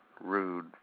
rude